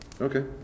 Okay